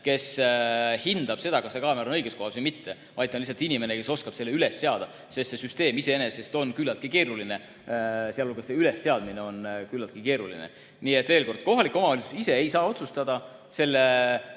kes hindab, kas see kaamera on õiges kohas või mitte, vaid ta on lihtsalt inimene, kes oskab selle üles seada, sest see süsteem iseenesest on küllaltki keeruline ja see ülesseadmine on küllaltki keeruline. Nii et veel kord, kohalikud omavalitsused ise ei saa otsustada. Selle